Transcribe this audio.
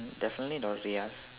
mm definitely not